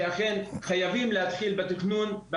שאכן חייבים להתחיל בתכנון.